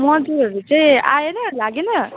मजुरहरू चाहिँ आएन लागेन